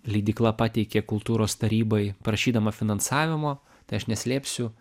leidykla pateikė kultūros tarybai prašydama finansavimo tai aš neslėpsiu